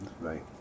Right